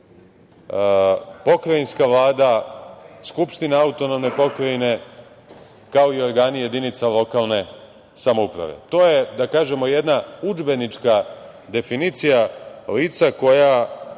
pokrajinska Vlada, Skupština AP, kao i organi jedinaca lokalne samouprave. To je, da kažemo, jedna udžbenička definicija lica koja